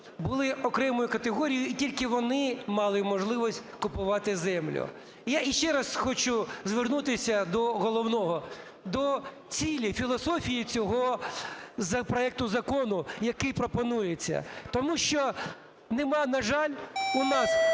були окремою категорію і тільки вони мали можливість купувати землю. Я ще раз хочу звернутися до головного – до цілі, філософії цього проекту закону, який пропонується. Тому що немає, на жаль, у нас